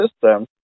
system